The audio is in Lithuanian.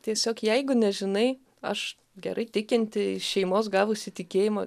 tiesiog jeigu nežinai aš gerai tikinti iš šeimos gavusi tikėjimą